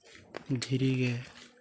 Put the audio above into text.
ᱫᱷᱤᱨᱤᱜᱮ